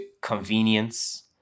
convenience